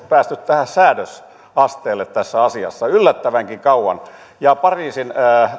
päästy säädösasteelle tässä asiassa yllättävänkin kauan pariisin